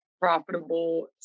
profitable